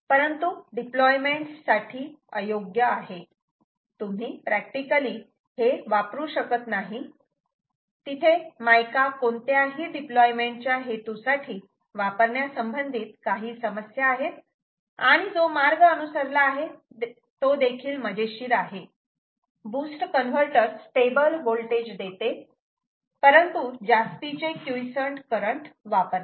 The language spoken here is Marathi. परंतु डिप्लोयमेंट साठी अयोग्य आहे खरोखर तुम्ही प्रॅक्टिकली हे वापरू शकत नाही तिथे मायका कोणत्याही डिप्लोयमेंट च्या हेतू साठी वापरण्या संबंधित काही समस्या आहेत आणि जो मार्ग अनुसरला आहे तो देखील मजेशीर आहे बूस्ट कन्वर्टर स्टेबल होल्टेज देते परंतु जास्तीचे क्युइसंट करंट वापरते